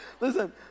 listen